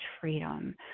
freedom